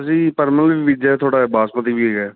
ਅਸੀਂ ਪਰਮਲ ਵੀ ਬੀਜਿਆ ਥੋੜ੍ਹਾ ਜਿਹਾ ਬਾਸਮਤੀ ਵੀ ਹੈਗਾ